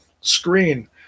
screen